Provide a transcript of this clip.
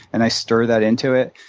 and i stir that into it.